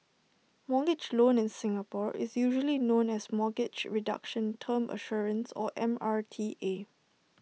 mortgage loan in Singapore is usually known as mortgage reduction term assurance or M R T A